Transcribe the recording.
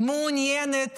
מעוניינת